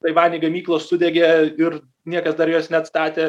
taivany gamyklos sudegė ir niekas dar jos neatstatė